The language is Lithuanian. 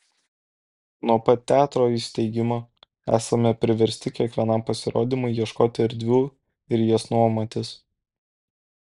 nuo pat teatro įsteigimo esame priversti kiekvienam pasirodymui ieškoti erdvių ir jas nuomotis